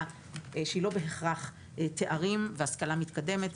שהיא לא בהכרח תארים והשכלה מתקדמת,